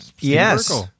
Yes